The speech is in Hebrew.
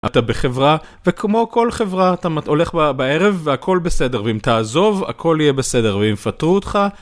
אתה בחברה וכמו כל חברה אתה הולך בערב והכל בסדר, ואם תעזוב הכל יהיה בסדר ואם יפטרו אותך...